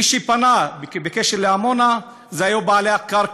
מי שפנה בקשר לעמונה היו בעלי הקרקע,